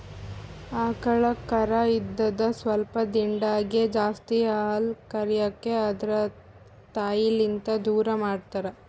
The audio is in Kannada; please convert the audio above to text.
ಆಕಳ್ ಕರಾ ಇದ್ದಿದ್ ಸ್ವಲ್ಪ್ ದಿಂದಾಗೇ ಜಾಸ್ತಿ ಹಾಲ್ ಕರ್ಯಕ್ ಆದ್ರ ತಾಯಿಲಿಂತ್ ದೂರ್ ಮಾಡ್ತಾರ್